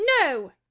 No